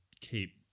keep